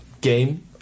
Game